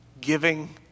giving